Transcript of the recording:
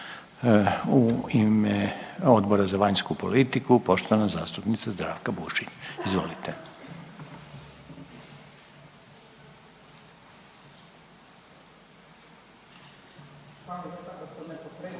U ime Odbora za vanjsku politiku poštovana zastupnica Zdravka Bušić, izvolite. **Bušić, Zdravka